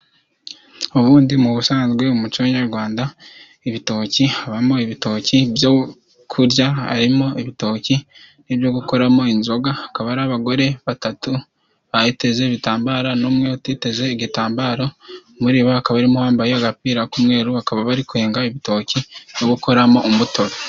Ubundi mu busanzwe, umuco nyarwanda, ibitoki, habamo ibitoki byo kurya, harimo ibitoki n'ibyo gukoramo inzoga, hakaba ari abagore batatu bateze ibitambaro n'umwe utiteze igitambaro, muri bo hakaba harimo umwe wambaye agapira k'umweru, bakaba bari kwenga ibitoki byo gukoramo umutobe.